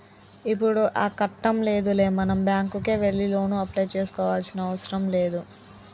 ఇప్పుడు ఆ కట్టం లేదులే మనం బ్యాంకుకే వెళ్లి లోను అప్లై చేసుకోవాల్సిన అవసరం లేదు